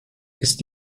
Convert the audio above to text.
ist